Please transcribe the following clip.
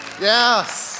Yes